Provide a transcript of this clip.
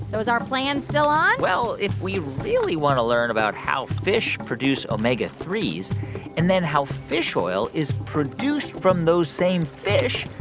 our plan still on? well, if we really want to learn about how fish produce omega three s and then how fish oil is produced from those same fish,